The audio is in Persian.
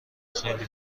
خیلی